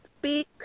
speak